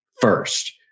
first